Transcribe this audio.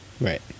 Right